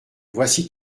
voici